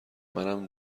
منم